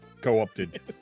co-opted